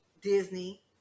Disney